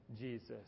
Jesus